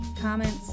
comments